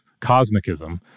cosmicism